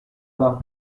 bas